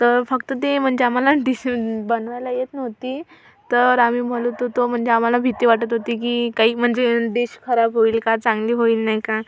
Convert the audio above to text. तर फक्त ते म्हणजे आम्हाला डिश बनवायला येत नव्हती तर आम्ही म्हणत होतो म्हणजे आम्हाला भीती वाटत होती की काही म्हणजे डिश खराब होईल का चांगली होईल नाही का